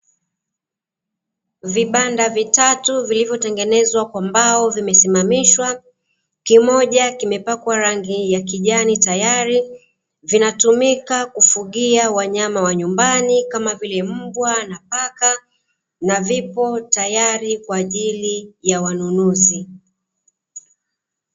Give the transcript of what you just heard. Vibamnda vitatu vilivyotengenezwa kwa mbao vimesimamishwa, kimoja kimepakwa rangi ya kijani tayari, viatumika kufugia wanyama wa nyumbani kama vile mbwa na paka, na vipo tayari kwa ajili ya wanunuzi.